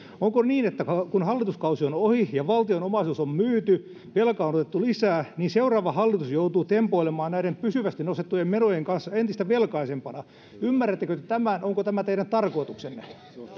onko niin että kun hallituskausi on ohi ja valtion omaisuus on myyty ja velkaa on otettu lisää niin seuraava hallitus joutuu tempoilemaan näiden pysyvästi nostettujen menojen kanssa entistä velkaisempana ymmärrättekö te tämän onko tämä teidän tarkoituksenne